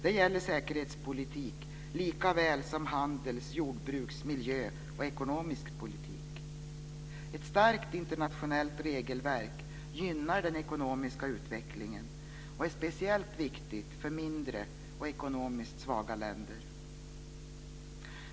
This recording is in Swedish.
Det gäller säkerhetspolitik lika väl som handels-, jordbruks och miljöpolitik samt ekonomisk politik. Ett starkt internationellt regelverk gynnar den ekonomiska utvecklingen och är speciellt viktigt för mindre och ekonomiskt svaga länder.